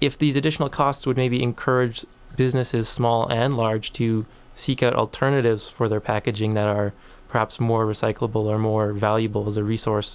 if these additional costs would maybe encourage businesses small and large to seek out alternatives for their packaging that are perhaps more recyclable or more valuable as a resource